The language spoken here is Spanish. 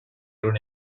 una